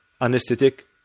anesthetic